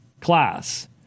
class